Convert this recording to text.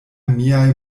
miaj